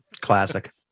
classic